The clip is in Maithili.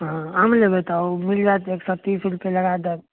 हँ आम लेबै तऽ ओ मिल जाएत एक सए तीस रुपए लगा दर